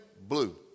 blue